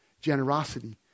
generosity